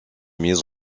mise